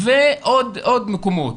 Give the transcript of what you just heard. ועוד מקומות.